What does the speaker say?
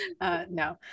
no